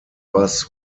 bus